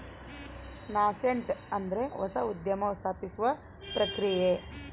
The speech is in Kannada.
ನಾಸೆಂಟ್ ಅಂದ್ರೆ ಹೊಸ ಉದ್ಯಮ ಸ್ಥಾಪಿಸುವ ಪ್ರಕ್ರಿಯೆ